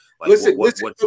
listen